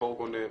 החור גונב,